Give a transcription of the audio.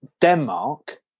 Denmark